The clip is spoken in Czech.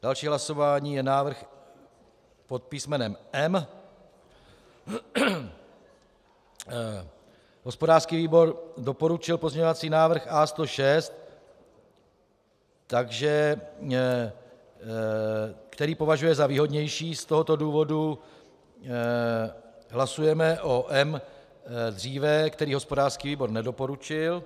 Další hlasování je návrh pod písmenem M. Hospodářský výbor doporučil pozměňovací návrh A106, který považuje za výhodnější, z tohoto důvodu hlasujeme o M dříve, který hospodářský výbor nedoporučil.